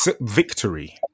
victory